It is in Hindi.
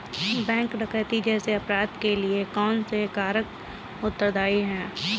बैंक डकैती जैसे अपराध के लिए कौन से कारक उत्तरदाई हैं?